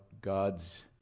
God's